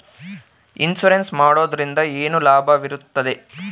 Insurance ಮಾಡೋದ್ರಿಂದ ಏನು ಲಾಭವಿರುತ್ತದೆ?